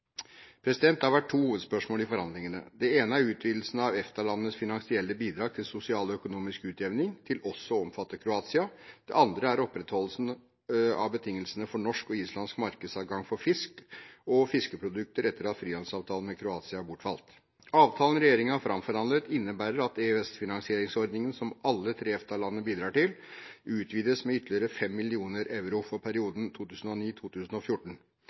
Det har vært to hovedspørsmål i forhandlingene. Det ene er utvidelsen av EFTA-landenes finansielle bidrag til sosial og økonomisk utjevning til også å omfatte Kroatia. Det andre er opprettholdelsen av betingelsene for norsk og islandsk markedsadgang for fisk og fiskeprodukter etter at frihandelsavtalen med Kroatia bortfalt. Avtalen regjeringen har framforhandlet, innebærer at EØS-finansieringsordningene som alle tre EFTA-landene bidrar til, utvides med ytterligere 5 mill. euro for perioden